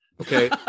Okay